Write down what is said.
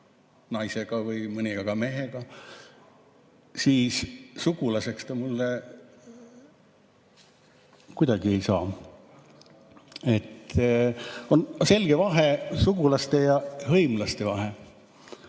naisega, mõni abiellub ka mehega, siis sugulaseks ta mulle kuidagi ei saa. On selge vahe sugulaste ja hõimlaste vahel.